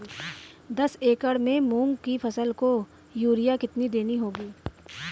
दस एकड़ में मूंग की फसल को यूरिया कितनी देनी होगी?